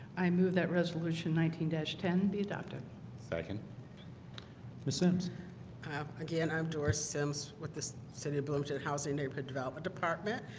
i move that resolution nineteen ten be adopted second for simms kind of again, i'm doris simms with this city of limited housing neighborhood development department.